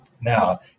now